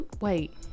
wait